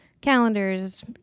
calendars